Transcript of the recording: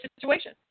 situation